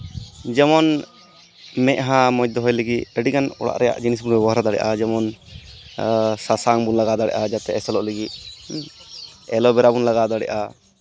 ᱡᱮᱢᱚᱱ ᱢᱮᱫᱦᱟ ᱢᱚᱡᱽ ᱫᱚᱦᱚᱭ ᱞᱟᱹᱜᱤᱫ ᱟᱹᱰᱤᱜᱟᱱ ᱚᱲᱟᱜ ᱨᱮᱭᱟᱜ ᱡᱤᱱᱤᱥ ᱵᱚᱱ ᱵᱮᱵᱚᱦᱟᱨ ᱫᱟᱲᱮᱭᱟᱜᱼᱟ ᱡᱮᱢᱚᱱ ᱥᱟᱥᱟᱝ ᱵᱚᱱ ᱞᱟᱜᱟᱣ ᱫᱟᱲᱮᱭᱟᱜᱼᱟ ᱡᱟᱛᱮ ᱮᱥᱮᱞᱚᱜ ᱞᱟᱹᱜᱤᱫ ᱮᱞᱳᱵᱨᱟ ᱵᱚᱱ ᱞᱟᱜᱟᱣ ᱫᱟᱲᱮᱭᱟᱜᱼᱟ